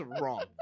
wrong